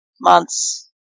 months